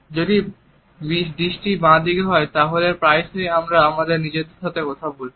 যদি দৃষ্টি বাঁদিকে হয় তাহলে প্রায়শই আমরা আমাদের নিজেদের সাথে কথা বলছি